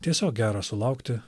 tiesiog gera sulaukti